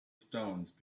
stones